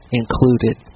included